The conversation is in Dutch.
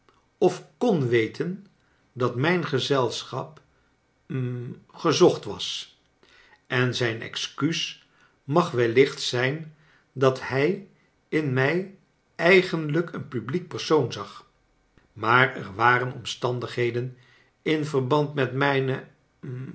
of kon weten dat mijn gezelschap hm gezocht was en zijn excuus mag weliicht zijn dat hij in mij eigenlijk een publiek persoon zag maar er waren omstandigheden in verband met mijne